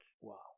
wow